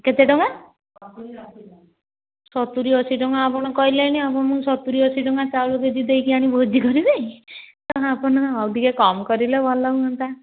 କେତେ ଟଙ୍କା ସତୁରି ଅଶୀ ଟଙ୍କା ଆପଣ କହିଲେଣି ମୁଁ ସତୁରି ଅଶୀ ଟଙ୍କା ଚାଉଳ କେ ଜି ଦେଇକି ଆଣି ଭୋଜି କରିବି ଆପଣ ଆଉ ଟିକିଏ କମ୍ କରିଲେ ଭଲ ହୁଅନ୍ତା